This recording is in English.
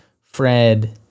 Fred